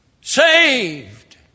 Saved